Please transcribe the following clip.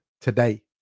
today